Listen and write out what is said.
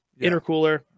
intercooler